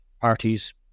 parties